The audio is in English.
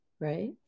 right